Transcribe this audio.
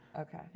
Okay